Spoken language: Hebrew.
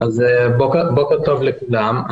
בוקר טוב לכולם,